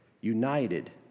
united